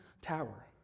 tower